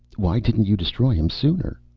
why didn't you destroy him sooner?